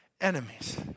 enemies